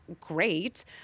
great